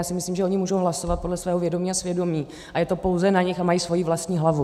Já si myslím, že oni mohou hlasovat podle svého vědomí a svědomí a je to pouze na nich a mají svoji vlastní hlavu.